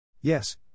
Yes